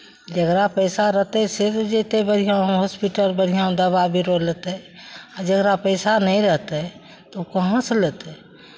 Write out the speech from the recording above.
जकरा पैसा रहतै से ने जयतै बढ़िआँ हॉस्पिटल बढ़िआँ दबाइ बीरो लेतै आ जकरा पैसा नहि रहतै तऽ ओ कहाँसँ लेतै